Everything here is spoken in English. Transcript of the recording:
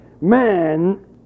Man